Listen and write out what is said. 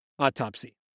autopsy